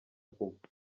kugwa